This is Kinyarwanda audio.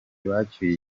bacyuye